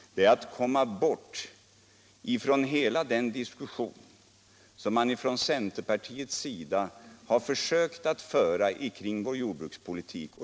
Det är att komma fram till en sakligare diskussion än den som man på centerpartihåll har fört kring vår jordbrukspolitik.